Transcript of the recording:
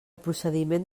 procediment